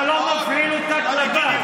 אתה לא מפעיל אותה כלפיי.